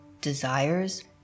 desires